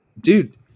Dude